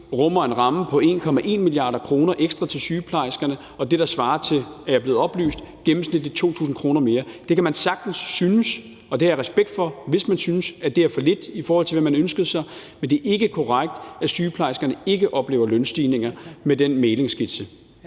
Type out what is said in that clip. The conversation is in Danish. rummer en ramme på 1,1 mia. kr. ekstra til sygeplejerskerne, og det, der svarer til, er jeg blevet oplyst, gennemsnitligt 2.000 kr. mere. Det kan man sagtens synes og det har jeg respekt for hvis man synes er for lidt, i forhold til hvad man ønskede sig, men det er ikke korrekt, at sygeplejerskerne ikke oplever lønstigninger med den mæglingsskitse.